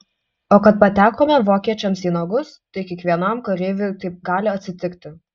o kad patekome vokiečiams į nagus tai kiekvienam kareiviui taip gali atsitikti